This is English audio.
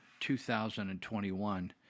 2021